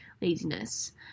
laziness